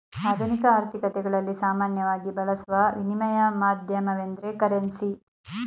ಆಧುನಿಕ ಆರ್ಥಿಕತೆಗಳಲ್ಲಿ ಸಾಮಾನ್ಯವಾಗಿ ಬಳಸುವ ವಿನಿಮಯ ಮಾಧ್ಯಮವೆಂದ್ರೆ ಕರೆನ್ಸಿ